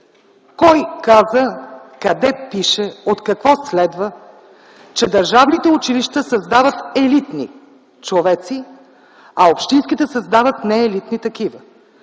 Кой каза, къде пише, от какво следва, че държавните училища създават елитни човеци, а общинските създават неелитни такива?